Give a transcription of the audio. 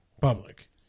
Public